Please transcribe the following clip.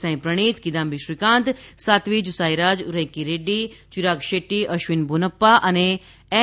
Sai Praneeth Kidambi Srikanth Satwik Sairaj Rankireddy Chirag Shetty Ashwin Ponnappa અને N